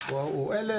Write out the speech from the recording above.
הוא 1,000,